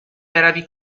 بروی